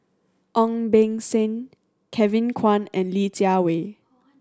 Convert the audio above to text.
Ong Beng Seng Kevin Kwan and Li Jiawei